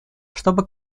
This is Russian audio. чтобы